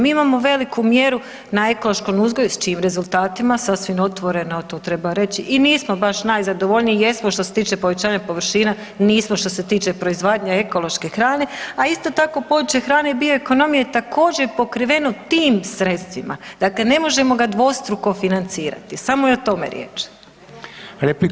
Mi imamo veliku mjeru na ekološkom uzgoju s čijim rezultatima sasvim otvoreno to treba reći i nismo baš najzadovoljniji, jesmo što se tiče povećanja površina, nismo što se tiče proizvodnje ekološke hrane, a isto tako područje hrane bio ekonomije je također pokriveno tim sredstvima, dakle ne možemo ga dvostruko financirati, samo je o tome riječ.